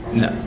no